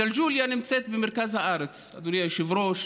ג'לג'וליה נמצאת במרכז הארץ, אדוני היושב-ראש,